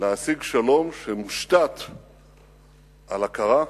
להשיג שלום שמושתת על הכרה,